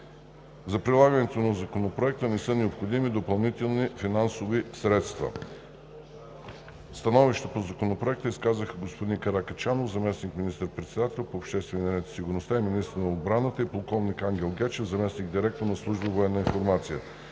За прилагането на Законопроекта не са необходими допълнителни финансови средства. Становище по Законопроекта изказаха господин Красимир Каракачанов – заместник министър-председател по обществения ред и сигурността и министър на отбраната, и полковник Антоан Гечев – заместник-директор на служба „Военна информация“.